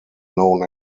known